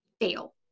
fail